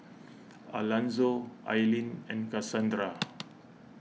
Alanzo Eileen and Casandra